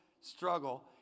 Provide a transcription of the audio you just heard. struggle